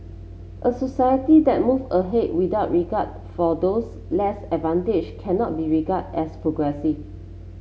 a society that move ahead without regard for those less advantaged cannot be regarded as progressive